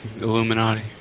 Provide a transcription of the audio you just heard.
Illuminati